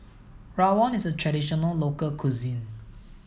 Rawon is a traditional local cuisine